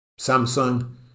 Samsung